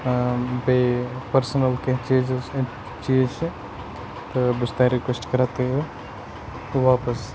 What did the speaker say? بیٚیہِ پٔرسٕنَل کینٛہہ چیٖز چیٖز چھِ تہٕ بہٕ چھُس تۄہہِ رٕکوٮ۪سٹ کَران تُہۍ یِیِو واپَس